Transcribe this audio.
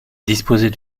disposez